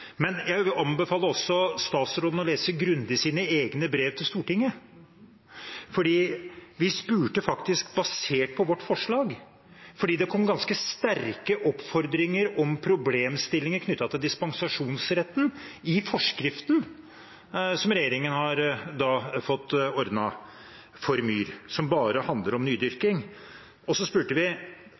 Jeg vil også anbefale statsråden å lese grundig sine egne brev til Stortinget. Fordi det kom ganske sterke oppfordringer når det gjelder problemstillinger knyttet til dispensasjonsretten i forskriften som regjeringen har fått ordnet for myr, som bare handler om nydyrking, spurte vi